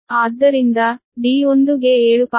ಆದ್ದರಿಂದ d1 ಗೆ 7